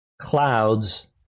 clouds